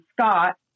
Scott